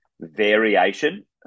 variation